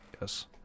yes